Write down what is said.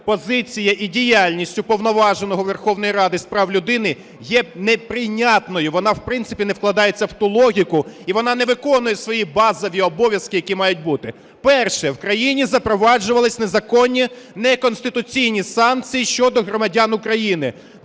позиція і діяльність Уповноваженого Верховної Ради з прав людини є неприйнятною. Вона, в принципі, не вкладається в ту логіку і вона не виконує свої базові обов'язки, які мають бути. Перше. В країні запроваджувалися незаконні, неконституційні санкції щодо громадян України.